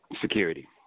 security